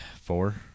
four